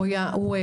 הוא היה מיוון.